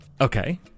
Okay